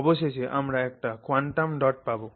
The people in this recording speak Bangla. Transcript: অবশেষে আমরা একটা কোয়ান্টাম ডট পাবো